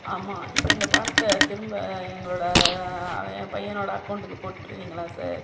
ஆமாம் இப்போ அந்த பணத்தை திரும்ப எங்களோட என் பையனோட அகௌண்ட்டுக்கு போட்டிருவிங்களா சார்